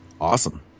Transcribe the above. awesome